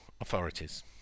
authorities